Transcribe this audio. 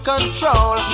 control